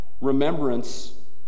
remembrance